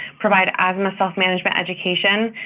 provide asthma self-management education,